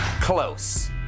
close